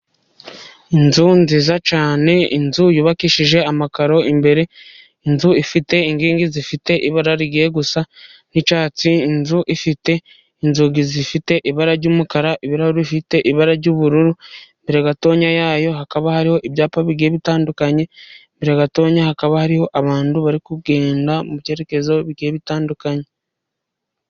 Inzu nziza cyane, inzu yubakishije amakaro imbere. Inzu ifite inkingi zifite ibara rigiye gusa nk'icyatsi, inzu ifite inzugi zifite ibara ry'umukara, ibirahure bifite ibara ry'ubururu, imbere gatoya yayo hakaba hariho ibyapa bigenda bitandukanye, imbere gatoya hakaba hariho abantu bari kugenda mu byerekezo bigiye bitandukanye.